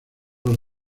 los